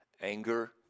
anger